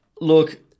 Look